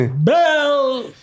Bell